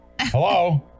hello